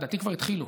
לדעתי כבר התחילו.